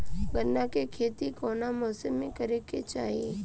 गन्ना के खेती कौना मौसम में करेके चाही?